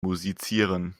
musizieren